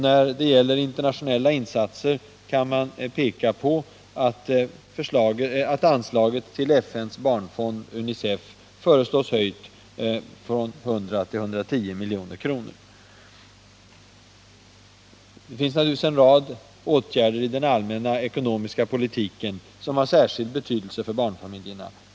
När det gäller internationella insatser kan man peka på att anslaget till FN:s barnfond, UNICEF, föreslås höjas från 100 till 110 milj.kr. Det finns naturligtvis en rad åtgärder i den allmänna ekonomiska politiken som har särskild betydelse för barnfamiljerna.